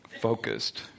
focused